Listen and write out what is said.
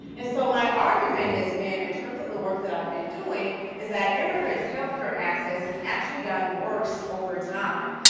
and so my argument has been in terms of the work that i've been doing is that immigrants' health care access has actually gotten worse over time,